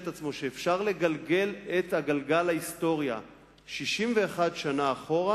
שאפשר לגלגל את גלגל ההיסטוריה 61 שנה אחורה,